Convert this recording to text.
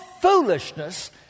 foolishness